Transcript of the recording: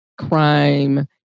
crime-